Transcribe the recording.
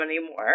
anymore